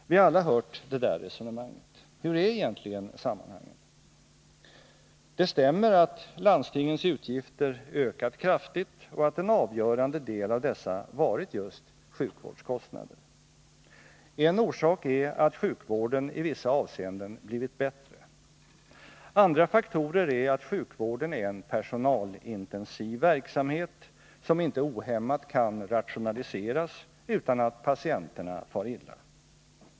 Vi har alla hört det där resonemanget. Hur är egentligen sammanhangen? Det stämmer att landstingens utgifter ökat kraftigt och att en avgörande del av dessa varit just sjukvårdskostnader. En orsak är att sjukvården i vissa avseenden blivit bättre. Andra faktorer är att sjukvården är en personalintensiv verksamhet som inte ohämmat kan rationaliseras utan att patienterna far illa.